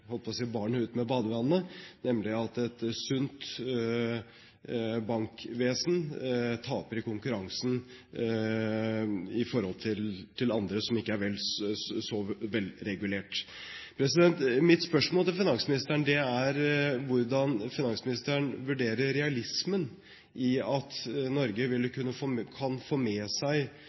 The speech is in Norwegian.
holdt jeg på å si – barnet ut med badevannet, nemlig at et sunt bankvesen taper i konkurransen med andre, som ikke er så velregulert. Mitt spørsmål til finansministeren er hvordan finansministeren vurderer realismen i at Norge kan få med seg